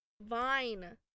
Vine